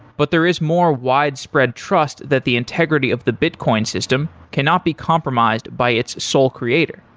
but there is more widespread trust that the integrity of the bitcoin system cannot be compromised by its sole creator.